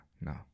no